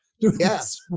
Yes